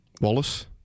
Wallace